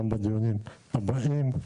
גם בדיונים הבאים.